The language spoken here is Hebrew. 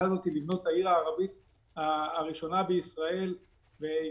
הזאת לבנות את העיר הערבית הראשונה בישראל בצפון.